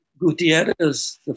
Gutierrez